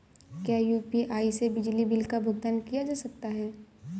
क्या यू.पी.आई से बिजली बिल का भुगतान किया जा सकता है?